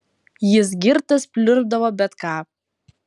jis girtas pliurpdavo bet ką